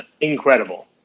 incredible